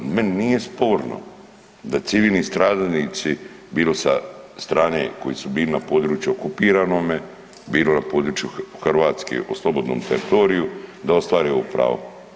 Meni nije sporno da civilni stradalnici bilo sa strane koji su bili na području okupiranome, bilo na području Hrvatske na slobodnom teritoriju da ostvare ovo pravo?